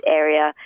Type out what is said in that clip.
area